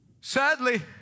Sadly